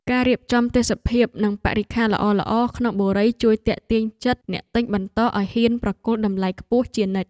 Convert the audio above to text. ការរៀបចំទេសភាពនិងបរិក្ខារល្អៗក្នុងបុរីជួយទាក់ទាញចិត្តអ្នកទិញបន្តឱ្យហ៊ានប្រគល់តម្លៃខ្ពស់ជានិច្ច។